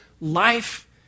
life